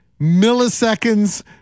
milliseconds